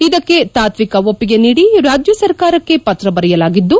ಇದಕ್ಕೆ ತಾತ್ವಿಕ ಒಪ್ಪಿಗೆ ನೀಡಿ ರಾಜ್ಯ ಸರ್ಕಾರಕ್ಕೆ ಪತ್ರ ಬರೆಯಲಾಗಿದ್ದು